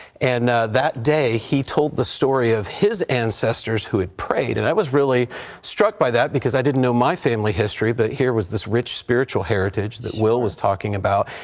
and that day, he told the story of his ancestors who had prayed, and i was really struck by that because i didn't know my family history, but here was this rich spiritual heritage that will was talking about,